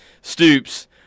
stoops